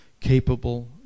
capable